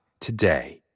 today